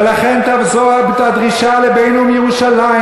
ולכן תחזור הדרישה לבינאום ירושלים